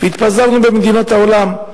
והתפזרנו במדינות העולם.